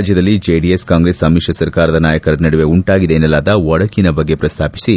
ರಾಜ್ಯದಲ್ಲಿ ಜೆಡಿಎಸ್ ಕಾಂಗ್ರೆಸ್ ಸಮಿತ್ರ ಸರ್ಕಾರದ ನಾಯಕರ ನಡುವೆ ಉಂಟಾಗಿದೆ ಎನ್ನಲಾದ ಒಡಕಿನ ಬಗ್ಗೆ ಪ್ರಸ್ತಾಪಿಸಿ